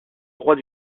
droit